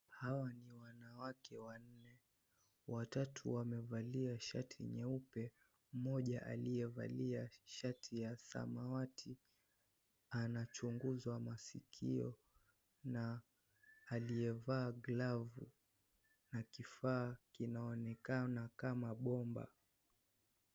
Hawa ni wanawake wanne, watatu wamevalia shati nyeupe mmoja aliyevalia shati ya samawati anachunguzwa masikio na aliyevaa glavu na kifaa kinaonekana kama bomba.